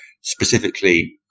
specifically